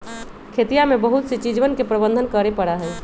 खेतिया में बहुत सी चीजवन के प्रबंधन करे पड़ा हई